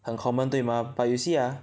很 common 对 mah but you see ah